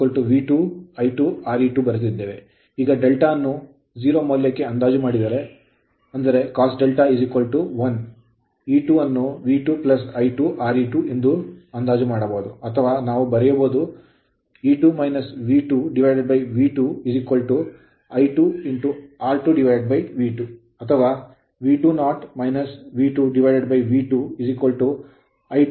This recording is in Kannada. ಈಗ ∂ ಅನ್ನು 0 ಮೌಲ್ಯಕ್ಕೆ ಅಂದಾಜು ಮಾಡಿದರೆ ಇದರಿಂದ cos ∂ 1 ಆದ್ದರಿಂದ E2 ಅನ್ನು V2 I2 Re2 ಎಂದು ಅಂದಾಜು ಮಾಡಬಹುದು ಅಥವಾ ನಾವು ಬರೆಯಬಹುದು V2 I2 Re2V2 ಅಥವಾ V2 v2